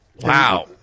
Wow